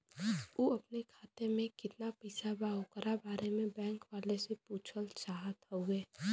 उ अपने खाते में कितना पैसा बा ओकरा बारे में बैंक वालें से पुछल चाहत हवे?